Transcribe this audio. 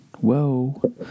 Whoa